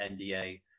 NDA